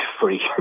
free